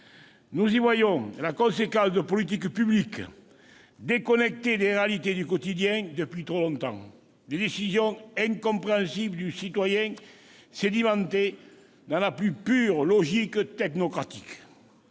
Nous y voyons la conséquence de politiques publiques déconnectées des réalités du quotidien depuis trop longtemps, de décisions incompréhensibles du citoyen, sédimentées dans la plus pure logique technocratique.